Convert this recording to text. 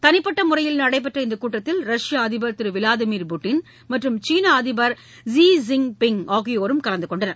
தனிப்பட்ட முறையில் நடைபெற்ற இந்த கூட்டத்தில ரஷ்ய அதிபர் திரு விளாடிமிர் புட்டின் மற்றும் சீன அதிபர் ஸி ஜிங் பிங் ஆகியோர் கலந்துகொண்டனர்